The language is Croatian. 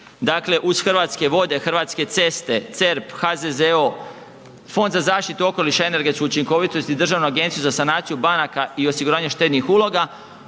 dakle uz Hrvatske vode, Hrvatske ceste, CERP, HZZO, Fond za zaštitu okoliša i energetsku učinkovitost i Državnu agenciju za sanaciju banaka i osiguranje štednih uloga,